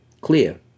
clear